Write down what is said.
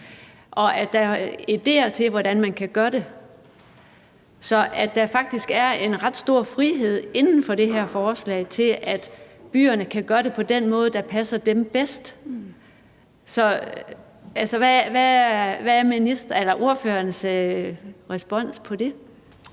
og at der er idéer til, hvordan man kan gøre det, så der faktisk er en ret stor frihed inden for det her forslag til, at byerne kan gøre det på den måde, der passer dem bedst? Hvad er ordførerens respons på det?